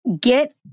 Get